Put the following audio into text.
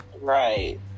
right